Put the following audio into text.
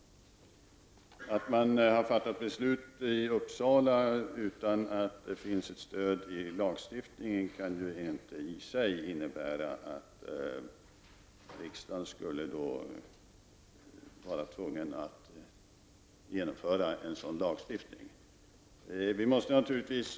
Att man i Uppsala fattat beslut utan stöd i lagstiftning kan inte i sig innebära att riksdagen skall vara tvungen att genomföra en sådan lagstiftning.